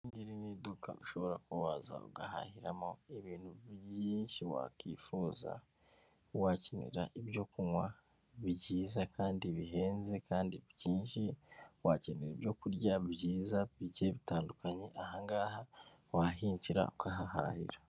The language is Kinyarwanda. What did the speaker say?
Iri ngiri ni iduka ushobora ku waza ugahahiramo ibintu byinshi wakwifuza, wakenera ibyo kunywa byiza kandi bihenze kandi byinshi, wakenera ibyo kurya byiza bigiye bitandukanye, aha ngaha wahinjira ukahahahira.